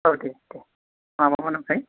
औ दे दे माबामोन आमफ्राय